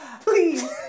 please